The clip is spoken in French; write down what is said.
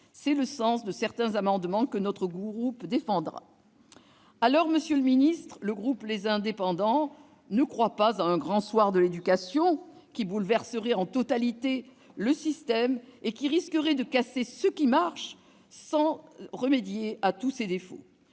est le sens de certains des amendements que notre groupe défendra. Monsieur le ministre, le groupe Les Indépendants - République et Territoires ne croit pas à un grand soir de l'éducation qui bouleverserait en totalité le système, et qui risquerait de casser ce qui marche sans remédier à tous ses défauts.